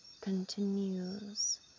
continues